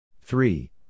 three